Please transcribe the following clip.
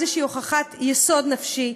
איזו הוכחת יסוד נפשי,